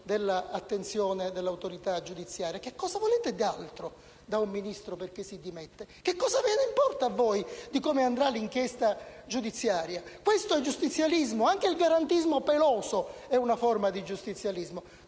dell'attenzione dell'autorità giudiziaria. Cosa altro volete da un Ministro perché si dimetta? Cosa importa a voi di come andrà l'inchiesta giudiziaria? Questo è giustizialismo. Anche il garantismo peloso è una forma di giustizialismo.